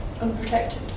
unprotected